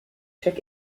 check